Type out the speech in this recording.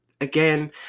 Again